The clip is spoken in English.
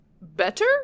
better